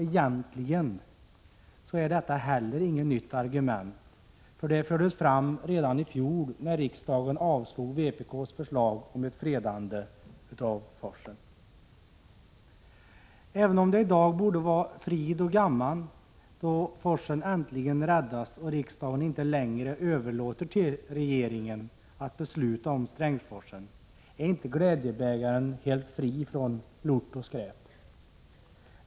Egentligen är detta inte heller något nytt argument, för det fördes fram redan i fjol när riksdagen avslog vpk:s förslag om fredande av forsen. Även om det i dag borde vara frid och gamman, då forsen äntligen räddas och riksdagen inte längre överlåter till regeringen att besluta om Strängsforsen, är inte glädjebägaren helt fri från lort och skräp.